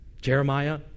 Jeremiah